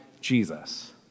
Jesus